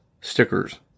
stickers